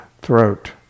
throat